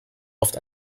oft